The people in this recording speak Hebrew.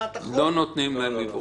אתה נתת נימוקים,